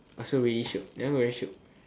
also really shiok that one very shiok